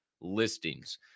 listings